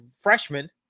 freshman